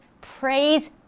praise